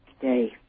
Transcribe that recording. day